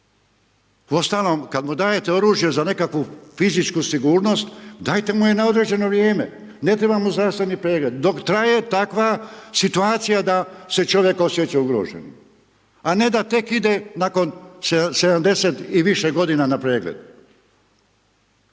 Uostalom kad mu dajete oružje za neku fizičku sigurnost dajte mu je na određeno vrijeme ne treba mu zdravstveni pregled, dok traje takva situacija da se čovjek osjeća ugroženo. A ne da tek ide nakon 70 i više godina na pregled.